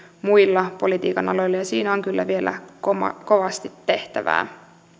muilla politiikan aloilla ja siinä on kyllä vielä kovasti tehtävää